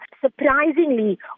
Surprisingly